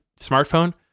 smartphone